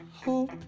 Hope